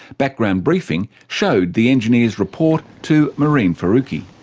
background briefing showed the engineer's report to mehreen faruqi.